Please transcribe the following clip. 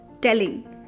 telling